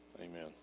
amen